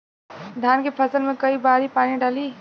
धान के फसल मे कई बारी पानी डाली?